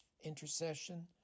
intercession